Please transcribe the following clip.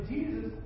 Jesus